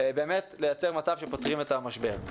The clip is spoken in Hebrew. באמת לייצר מצב שפותרים את המשבר.